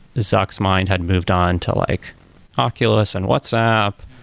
zuck's mind had moved on to like oculus and whatsapp.